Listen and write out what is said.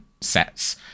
sets